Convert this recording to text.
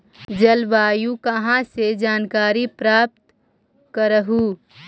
जलवायु कहा से जानकारी प्राप्त करहू?